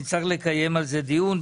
נצטרך לקיים על זה דיון.